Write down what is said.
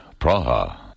Praha